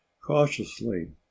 cautiously